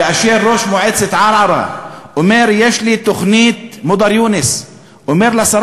וראש המועצה המקומית ערערה מודר יונס אומר לשרה